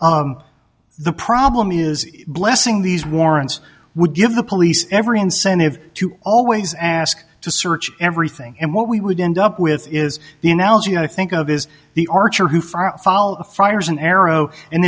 factor the problem is blessing these warrants would give the police every incentive to always ask to search everything and what we would end up with is the analogy i think of is the archer who far fall fires an arrow and